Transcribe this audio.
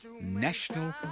national